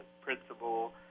principal